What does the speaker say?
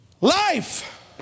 life